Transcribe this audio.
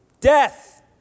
Death